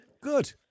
Good